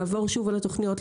לעבור שוב על התוכניות.